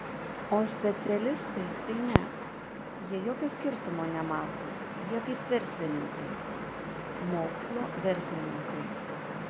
o specialistai tai ne jie jokio skirtumo nemato jie kaip verslininkai mokslo verslininkai